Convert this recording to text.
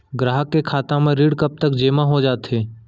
ग्राहक के खाता म ऋण कब तक जेमा हो जाथे?